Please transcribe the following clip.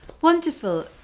Wonderful